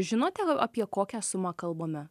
žinote apie kokią sumą kalbame